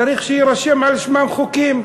צריך שיירשמו על שמם חוקים.